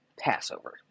Passover